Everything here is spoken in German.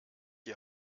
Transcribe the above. die